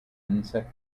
insect